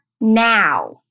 now